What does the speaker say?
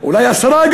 אולי עשרה,